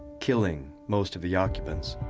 killing most of the occupants.